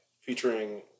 featuring